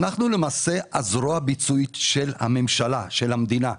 אנחנו למעשה הזרוע הביצועית של הממשלה, של המדינה.